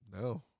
No